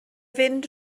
fynd